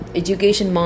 education